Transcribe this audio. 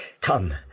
Come